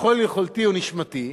ככל יכולתי ונשמתי,